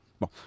Bon